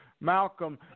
Malcolm